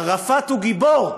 ערפאת הוא גיבור,